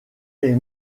est